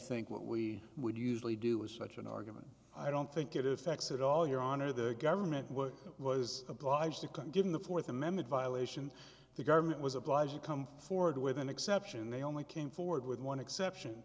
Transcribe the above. think what we would usually do is such an argument i don't think it effects at all your honor the government what was obliged to give in the fourth amendment violation the government was obliged to come forward with an exception they only came forward with one exception